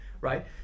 right